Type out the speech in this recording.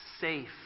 safe